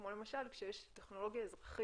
כמו למשל, כשיש טכנולוגיה אזרחית